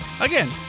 Again